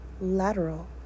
Lateral